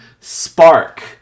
spark